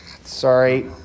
Sorry